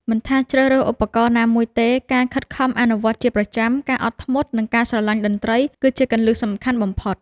មិនថាជ្រើសរើសឧបករណ៍ណាមួយទេ ការខិតខំអនុវត្តជាប្រចាំ ការអត់ធ្មត់ និងការស្រឡាញ់តន្ត្រី គឺជាគន្លឹះសំខាន់បំផុត